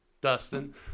dustin